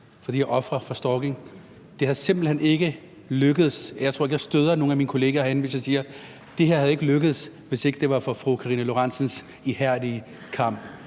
for de her ofre for stalking. Jeg tror ikke, at jeg støder nogen af mine kolleger herinde, hvis jeg siger, at det her ikke var lykkedes, hvis ikke det var for fru Karina Lorentzen Dehnhardts ihærdige kamp.